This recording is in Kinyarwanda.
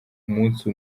umunsi